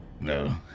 no